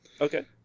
okay